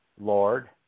Lord